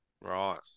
right